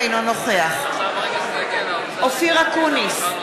אינו נוכח אופיר אקוניס,